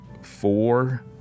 four